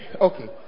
Okay